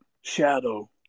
Shadow